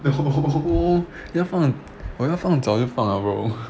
no 要放我要放早就放了 bro